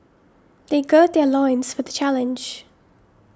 they gird their loins for the challenge